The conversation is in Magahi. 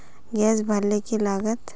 गैस भरले की लागत?